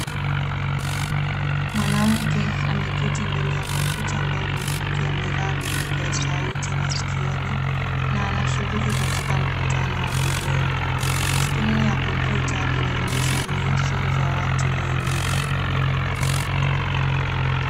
Mwanamke ameketi mbele ya kompyuta ndogo, akiwa amevaa vipokea sauti masikioni. Skrini ya kompyuta inaonyesha nyuso za watu wengi.